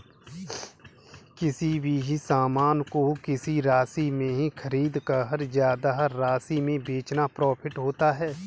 किसी भी सामान को किसी राशि में खरीदकर ज्यादा राशि में बेचना प्रॉफिट होता है